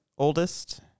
oldest